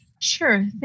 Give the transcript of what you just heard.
sure